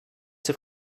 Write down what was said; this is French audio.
ces